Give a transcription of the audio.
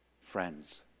friends